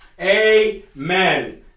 Amen